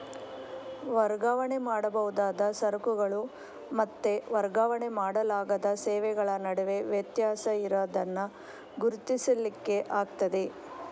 ವರ್ಗಾವಣೆ ಮಾಡಬಹುದಾದ ಸರಕುಗಳು ಮತ್ತೆ ವರ್ಗಾವಣೆ ಮಾಡಲಾಗದ ಸೇವೆಗಳ ನಡುವೆ ವ್ಯತ್ಯಾಸ ಇರುದನ್ನ ಗುರುತಿಸ್ಲಿಕ್ಕೆ ಆಗ್ತದೆ